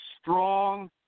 strong